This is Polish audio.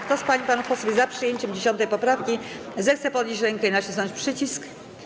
Kto z pań i panów posłów jest za przyjęciem 10. poprawki, zechce podnieść rękę i nacisnąć przycisk.